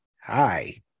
Hi